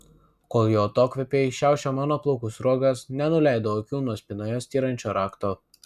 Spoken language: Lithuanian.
kol jo atokvėpiai šiaušė mano plaukų sruogas nenuleidau akių nuo spynoje styrančio rakto